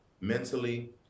mentally